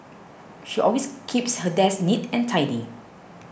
she always keeps her desk neat and tidy